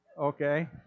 Okay